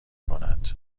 کند